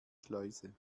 schleuse